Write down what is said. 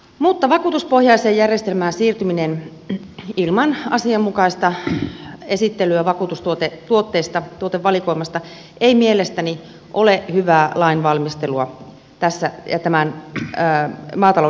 mutta vakuutuspohjaiseen järjestelmään siirtyminen ilman asianmukaista esittelyä vakuutustuotevalikoimasta ei mielestäni ole hyvää lainvalmistelua maatalouden kohdalta